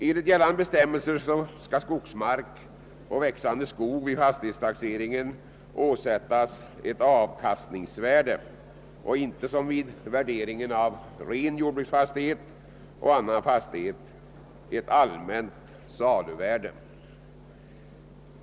Enligt gällande bestämmelser skall skogsmark och växande skog vid fastighetstaxering åsättas ett avkastningsvärde, och inte som vid värdering av ren jordbruksfastighet och annan fastighet ett allmänt saluvärde.